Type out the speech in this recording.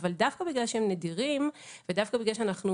אבל דווקא בגלל שהם נדירים ודווקא בגלל שאנחנו